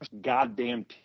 goddamn